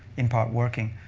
in part, working.